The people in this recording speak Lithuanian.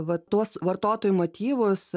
va tuos vartotojų motyvus